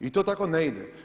I to tako ne ide.